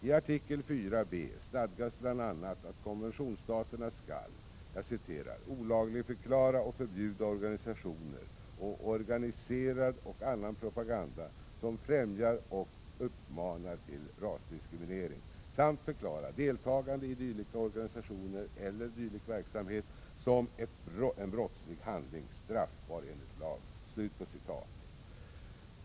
I artikel 4 b stadgas bl.a. att konventionsstaterna skall ”olagligförklara och förbjuda organisationer och organiserad och annan propaganda som främjar och uppmanar till rasdiskriminering samt förklara deltagande i dylika organisationer eller dylik verksamhet som en brottslig handling straffbar enligt lag”.